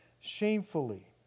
shamefully